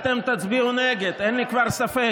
אתה מביא את זה היום לכנסת?